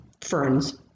ferns